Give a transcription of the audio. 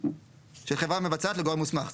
של החברה המבצעת לגורם המוסמך.